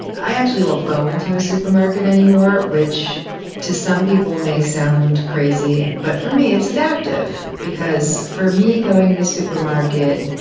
i actually won't go into a supermarket anymore, which to some people may sound crazy, but for me it's adaptive. because for me going into a supermarket,